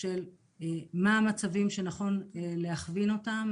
של מה המציבים שנכון להכווין אותם,